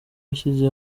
yashyize